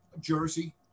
jersey